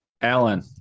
Alan